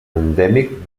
endèmic